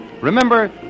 Remember